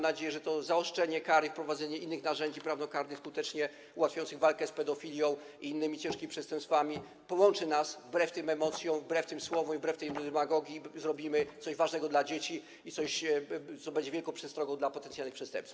Mam nadzieję, że to zaostrzenie kary, wprowadzenie innych narzędzi prawnokarnych skutecznie ułatwiających walkę z pedofilią i innymi ciężkimi przestępstwami połączy nas, wbrew tym emocjom, wbrew tym słowom i wbrew tej demagogii, i zrobimy coś ważnego dla dzieci i coś, co będzie wielką przestrogą dla potencjalnych przestępców.